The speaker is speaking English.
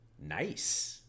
nice